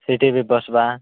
ସେଇଠି ବି ବସିବା